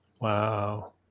Wow